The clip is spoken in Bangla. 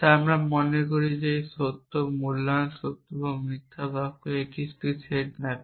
আমরা তাই মনে করি এই সত্য বা মূল্যায়ন সত্য বা মিথ্যা বাক্য এই সেট একটি ম্যাপিং